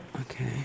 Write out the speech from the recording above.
Okay